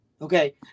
Okay